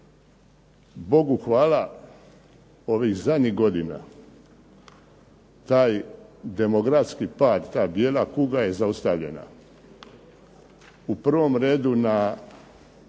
Bogu hvala ovih zadnjih godina taj demografski pad, ta bijela kuga je zaustavljena. U prvom redu na